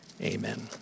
amen